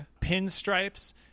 pinstripes